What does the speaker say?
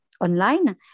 online